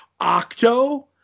Octo